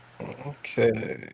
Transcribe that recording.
Okay